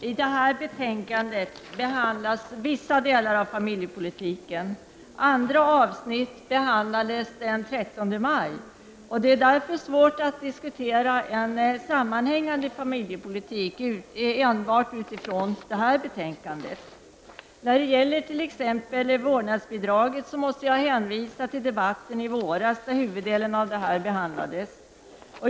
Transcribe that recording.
Fru talman! I detta betänkande behandlas vissa delar av familjepolitiken. Andra avsnitt behandlades den 30 maj. Det är därför svårt att diskutera en sammanhängande familjepolitik enbart utifrån detta betänkande. När det gäller t.ex. vårdnadsbidraget måste jag hänvisa till debatten i våras där huvuddelen av detta behandlades.